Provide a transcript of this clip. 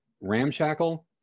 ramshackle